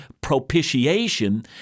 propitiation